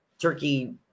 turkey